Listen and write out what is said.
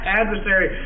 adversary